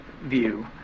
view